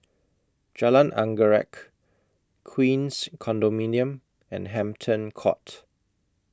Jalan Anggerek Queens Condominium and Hampton Court